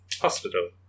hospital